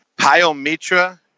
Pyometra